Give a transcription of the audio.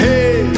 Hey